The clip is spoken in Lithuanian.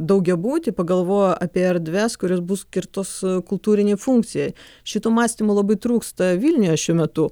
daugiabutį pagalvoji apie erdves kurios bus skirtos kultūrinei funkcijai šito mąstymo labai trūksta vilniuje šiuo metu